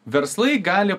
verslai gali